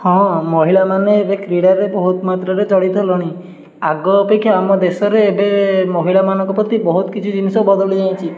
ହଁ ମହିଳା ମାନେ ଏବେ କ୍ରୀଡ଼ାରେ ବହୁତ ମାତ୍ରାରେ ଜଡ଼ିତ ହେଲେଣି ଆଗ ଅପେକ୍ଷା ଆମ ଦେଶରେ ଏବେ ମହିଳାମାନଙ୍କ ପ୍ରତି ବହୁତ କିଛି ଜିନିଷ ବଦଳି ଯାଇଛି